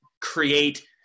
create